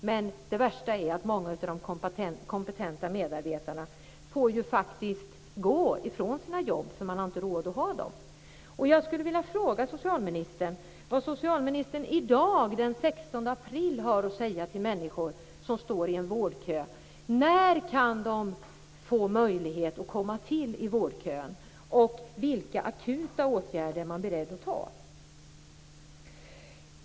Men många av de kompetenta medarbetarna får gå från sina jobb därför att man inte har råd att ha dem.